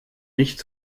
nicht